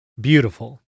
beautiful